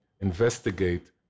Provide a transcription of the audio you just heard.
investigate